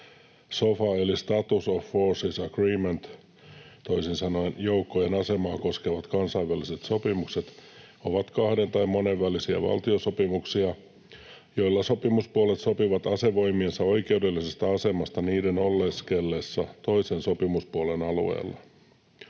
Sofa eli status of forces agreement, toisin sanoen joukkojen asemaa koskevat kansainväliset sopimukset, ovat kahden- tai monenvälisiä valtiosopimuksia, joilla sopimuspuolet sopivat asevoimiensa oikeudellisesta asemasta niiden oleskellessa toisen sopimuspuolen alueella.